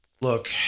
Look